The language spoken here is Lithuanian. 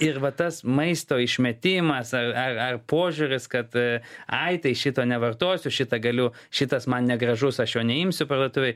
ir va tas maisto išmetimas požiūris kad ai tai šito nevartosiu šitą galiu šitas man negražus aš jo neimsiu parduotuvėj